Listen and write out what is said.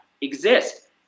exist